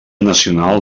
nacional